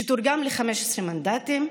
שתורגם ל-15 מנדטים,